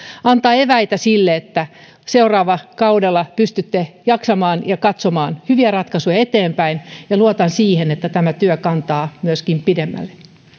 antaa eväitä sille että seuraavalla kaudella pystytte jatkamaan ja katsomaan hyviä ratkaisuja eteenpäin ja luotan siihen että tämä työ kantaa myöskin pidemmälle